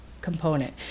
component